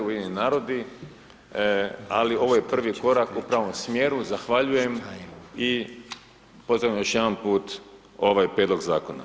UN ali ovo je prvi korak u pravom smjeru, zahvaljujem i pozdravljam još jedan put ovaj prijedlog zakona.